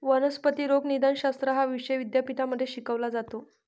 वनस्पती रोगनिदानशास्त्र हा विषय विद्यापीठांमध्ये शिकवला जातो